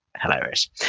hilarious